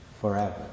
forever